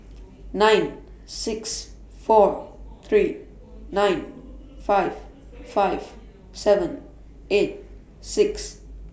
nine six four three nine five five seven eight six